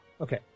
okay